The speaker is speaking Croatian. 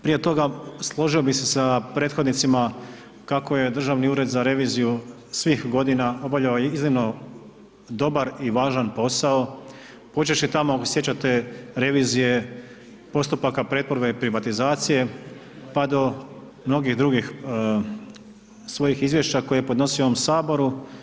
Prije toga, složio bih se sa prethodnicima kako je Državni ured za reviziju svih godina obavljao iznimno dobar i važan posao počevši tamo ako se sjećate revizije postupaka pretvorbe i privatizacije pa do mnogih drugih svojih izvješća koje je podnosio u ovom Saboru.